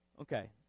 Okay